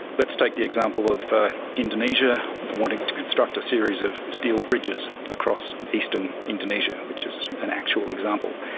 let's take the example of indonesia wanting to construct a series of steel bridges across eastern indonesia, which is an actual example.